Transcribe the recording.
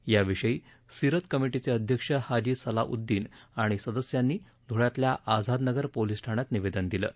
याविषयी सिरत कमिटीचे अध्यक्ष हाजी सल्लाउद्दीन आणि सदस्यांनी ध्ळ्यातल्या आझादनगर पोलीस ठाण्यात निवेदन दिलं आहे